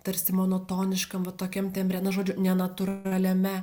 tarsi monotoniškam va tokiam tembre na žodžiu nenatūraliame